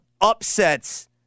upsets